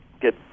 get